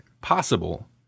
possible